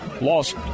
lost